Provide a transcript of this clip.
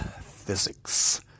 physics